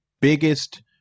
biggest